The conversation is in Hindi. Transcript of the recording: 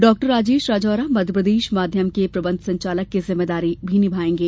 डॉ राजेश राजौरा मध्यप्रदेश माध्यम के प्रबंध संचालक की जिम्मेदारी भी निभाएंगे